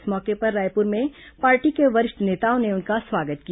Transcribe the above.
इस मौके पर रायपुर में पार्टी के वरिष्ठ नेताओं ने उनका स्वागत किया